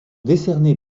décernés